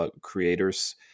creators